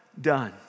done